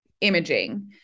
imaging